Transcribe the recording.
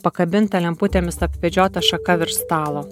pakabinta lemputėmis apvedžiota šaka virš stalo